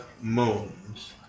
moons